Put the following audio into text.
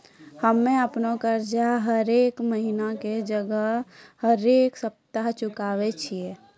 हम्मे अपनो कर्जा हरेक महिना के जगह हरेक सप्ताह चुकाबै छियै